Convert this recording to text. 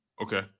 Okay